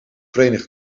verenigd